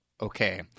Okay